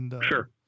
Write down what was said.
Sure